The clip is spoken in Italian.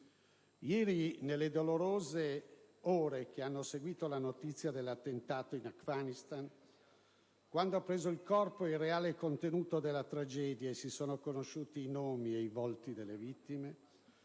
Ieri, nelle dolorose ore che hanno seguito la notizia dell'attentato in Afghanistan, quando ha preso corpo il reale contenuto della tragedia e si sono conosciuti i nomi e i volti delle vittime,